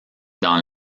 dans